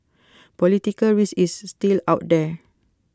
political risk is still out there